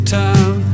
time